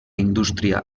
indústria